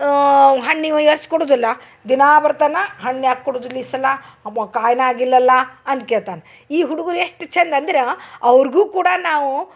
ಹಣ್ಣು ಈ ವರ್ಷ ಕೊಡುದಿಲ್ಲ ದಿನಾ ಬರ್ತಾನ ಹಣ್ಣು ಯಾಕೆ ಕೊಡುದಿಲ್ಲ ಈ ಸಲ ಕಾಯನ್ನ ಆಗಿಲ್ಲಲ್ಲಾ ಅಂತ ಕೇಳ್ತಾನೆ ಈ ಹುಡ್ಗುರು ಎಷ್ಟು ಚಂದ ಅಂದ್ರ ಅವ್ರ್ಗು ಕೂಡ ನಾವು